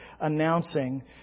announcing